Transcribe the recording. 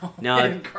No